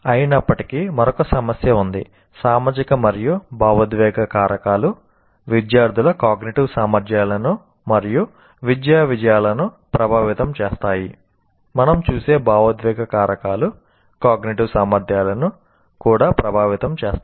అయినప్పటికీ మరొక సమస్య ఉంది సామాజిక మరియు భావోద్వేగ కారకాలు విద్యార్థుల కాగ్నిటివ్ సామర్ధ్యాలను కూడా ప్రభావితం చేస్తాయి